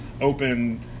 open